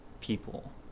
people